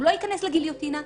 הוא לא ייכנס לגיליוטינה,